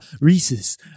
Reese's